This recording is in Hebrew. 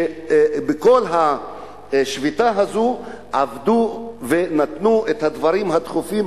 שבכל השביתה הזאת עבדו ונתנו את הדברים הדחופים,